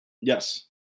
Yes